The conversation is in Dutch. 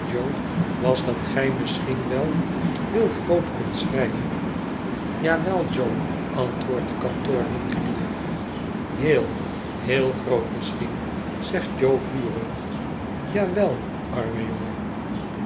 was dat gij misschien wel heel groot kunt schrijven ja wel jo antwoordt de kantoorwinkelier heel heel groot misschien zegt jo vurig ja wel arme jongen